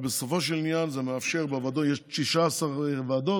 בסופו של עניין יש 16 ועדות,